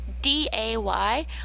D-A-Y